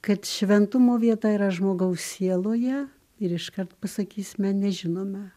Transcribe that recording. kad šventumo vieta yra žmogaus sieloje ir iškart pasakysime nežinome